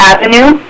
Avenue